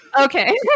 Okay